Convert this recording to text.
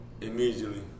Immediately